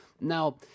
Now